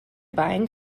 buying